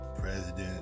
President